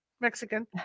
Mexican